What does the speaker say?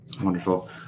Wonderful